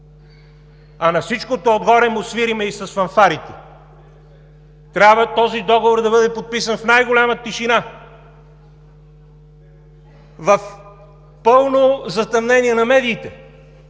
А на всичкото отгоре му свирим и с фанфарите! Този договор трябва да бъде подписан в най-голяма тишина! В пълно затъмнение на медиите,